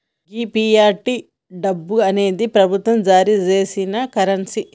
గీ fiat డబ్బు అనేది ప్రభుత్వం జారీ సేసిన కరెన్సీ